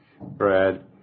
Brad